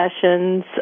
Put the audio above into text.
sessions